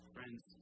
Friends